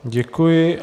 Děkuji.